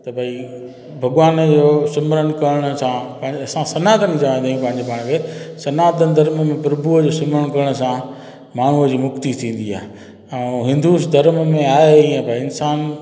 त भई भॻवान जो सिमरन करण सां पंहिंजे असां सनातन जा पंहिंजे पाण खे सनातम धर्म में प्रभूअ जी सिमरन करण सां माण्हूअ जी मुक्ति थींदी आहे ऐं हिंदुस धर्म में आहे इअं भई इन्सान